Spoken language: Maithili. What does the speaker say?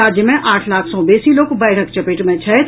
राज्य मे आठ लाख सँ बेसी लोक बाढ़िक चपेट मे छथि